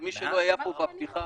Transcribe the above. למי שלא היה פה בפתיחה